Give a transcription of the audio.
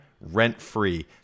rent-free